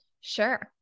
Sure